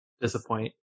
Disappoint